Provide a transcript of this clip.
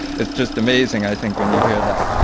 it's just amazing, i think, when you hear that.